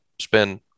spend